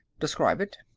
describe it.